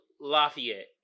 Lafayette